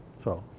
so.